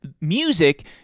music